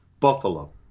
Buffalo